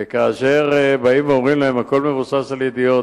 וכאשר באים ואומרים להם: הכול מבוסס על ידיעות,